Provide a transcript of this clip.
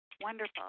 Wonderful